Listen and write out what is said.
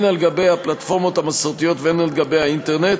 הן על גבי הפלטפורמות המסורתיות והן על גבי האינטרנט,